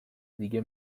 دیگه